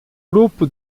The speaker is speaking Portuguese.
grupo